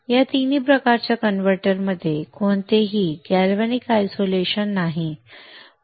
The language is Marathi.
या तिन्ही प्रकारच्या कन्व्हर्टरमध्ये कोणतेही गॅल्व्हनिक आयसोलेशन नाही